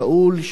שאול,